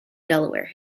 delaware